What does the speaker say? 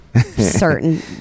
certain